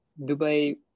Dubai